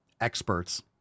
experts